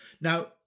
Now